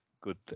good